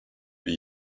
wie